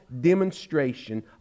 demonstration